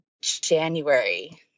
January